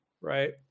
right